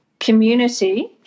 Community